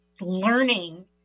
learning